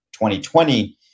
2020